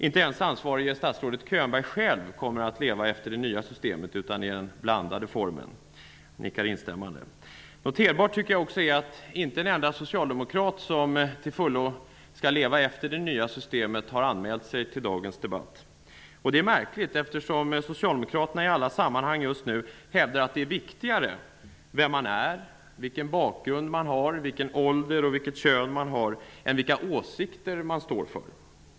Inte ens ansvarige statsrådet Könberg själv kommer att leva efter det nya systemet utan efter den blandade formen. Han nickar instämmande. Noterbart tycker jag också är att inte en enda socialdemokrat som till fullo skall leva efter det nya systemet har anmält sig till dagens debatt. Det är märkligt, eftersom socialdemokraterna i alla sammanhang just nu hävdar att det är viktigare vem man är, vilken bakgrund man har, vilken ålder och vilket kön man har än vilka åsikter man står för.